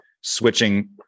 switching